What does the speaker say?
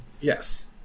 Yes